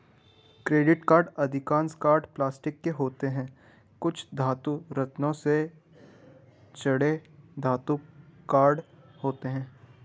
credit card अधिकांश card plastic के होते हैं, कुछ धातु, रत्नों से जड़े धातु कार्ड होते हैं